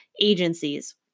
agencies